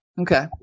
Okay